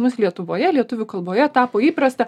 mus lietuvoje lietuvių kalboje tapo įprasta